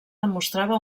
demostrava